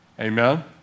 Amen